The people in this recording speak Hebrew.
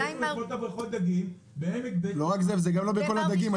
בריכות הדגים בעמק בית שאן --- זה גם לא בכל הדגים.